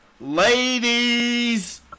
ladies